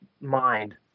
mind